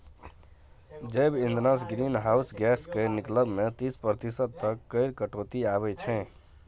जैब इंधनसँ greenhouse gas केर निकलब मे तीस प्रतिशत तक केर कटौती आबय छै